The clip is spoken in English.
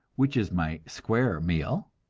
which is my square meal,